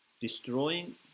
destroying